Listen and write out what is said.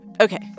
Okay